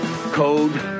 code